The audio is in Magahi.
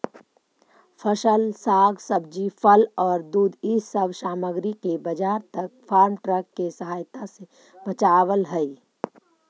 फसल, साग सब्जी, फल औउर दूध इ सब सामग्रि के बाजार तक फार्म ट्रक के सहायता से पचावल हई